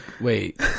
wait